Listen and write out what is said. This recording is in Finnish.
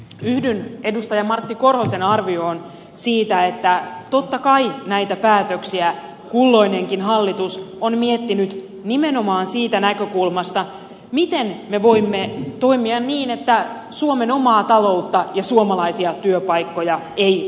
yhdyn edustaja martti korhosen arvioon siitä että totta kai näitä päätöksiä kulloinenkin hallitus on miettinyt nimenomaan siitä näkökulmasta miten me voimme toimia niin että suomen omaa taloutta ja suomalaisia työpaikkoja ei vaurioiteta